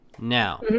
now